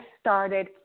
started